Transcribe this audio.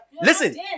Listen